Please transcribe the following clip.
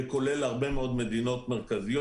וכולל הרבה מאוד מדינות מרכזיות.